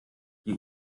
die